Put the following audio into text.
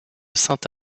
sainte